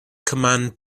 command